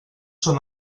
són